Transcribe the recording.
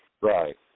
Right